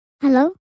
Hello